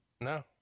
No